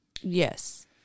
Yes